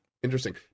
interesting